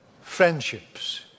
friendships